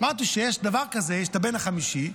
אמרתי שיש דבר כזה הבן החמישי.